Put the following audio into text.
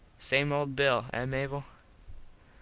same old bill, ah mable?